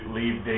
leave